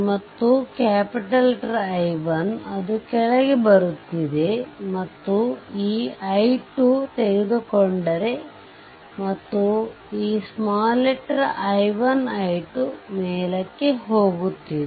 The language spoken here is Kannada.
ಮತ್ತು I1 ಅದು ಕೆಳಗೆ ಬರುತ್ತಿದೆ ಮತ್ತು ಈ I2 ತೆಗೆದುಕೊಂಡರೆ ಮತ್ತು i1 i2 ಮೇಲಕ್ಕೆ ಹೋಗುತ್ತಿದೆ